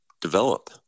develop